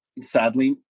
sadly